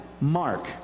Mark